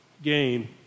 game